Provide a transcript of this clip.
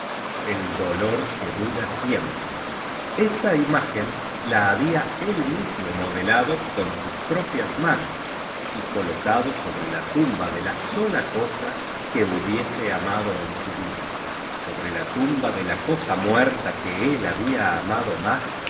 el dolor que dura siempre esta imagen la había él mismo modelado con sus propias manos y colocado sobre la tumba dé la sola cosa que hubiese amado en su vida sobre la tumba de la cosa muerta que él habfa'amado más